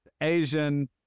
asian